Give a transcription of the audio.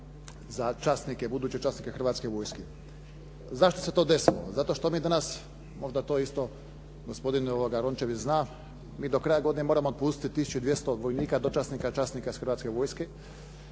za časnike, buduće časnike Hrvatske vojske. Zašto se to desilo? Zato što mi danas možda to isto gospodin Rončević zna, mi do kraja godine moramo otpustiti tisuću 200 vojina, dočasnika, časnika iz Hrvatske vojske.